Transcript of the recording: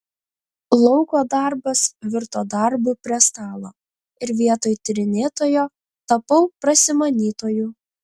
lauko darbas virto darbu prie stalo ir vietoj tyrinėtojo tapau prasimanytoju